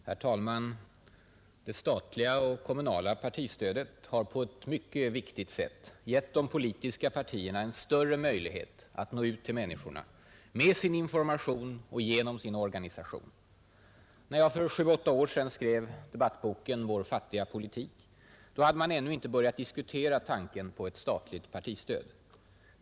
Herr talman! Det statliga och kommunala partistödet har på ett mycket viktigt sätt gett de politiska partierna större möjligheter att nå ut till människorna med sin information och genom sin organisation. När jag för sju-åtta år sedan skrev debattboken ”Vår fattiga politik” hade man ännu inte börjat diskutera tanken på ett statligt partistöd.